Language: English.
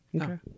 Okay